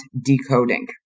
decoding